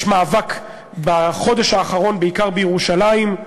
יש מאבק בחודש האחרון, בעיקר בירושלים,